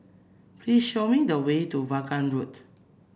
please show me the way to Vaughan Road